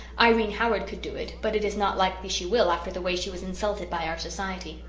irene howard could do it but it is not likely she will after the way she was insulted by our society.